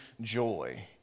joy